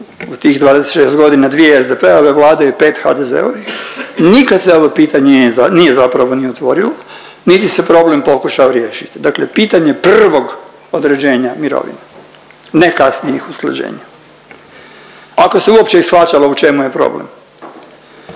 u tih 26 godina dvije SDP-ove vlade i pet HDZ-ovih nikad se ovo pitanje nije zapravo ni otvorilo niti se problem pokušao riješit, dakle pitanje prvog određenja mirovina, ne kasnijih usklađenja, ako se uopće i shvaćalo u čemu je problem.